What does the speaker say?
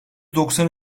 doksan